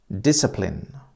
Discipline